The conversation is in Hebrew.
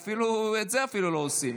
אפילו את זה לא עושים,